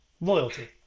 Loyalty